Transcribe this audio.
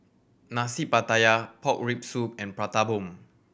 Nasi Pattaya pork rib soup and Prata Bomb